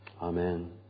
Amen